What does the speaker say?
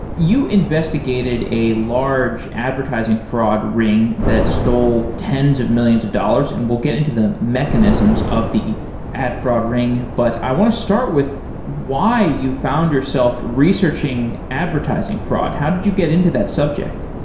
you investigated a large advertising fraud ring that stole tens of millions of dollars, and we'll get into the mechanisms of the ad fraud ring, but i want to start with why you found yourself researching advertising fraud. how did you get into that subject?